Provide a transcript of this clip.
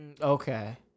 Okay